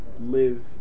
live